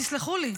תסלחו לי,